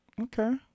Okay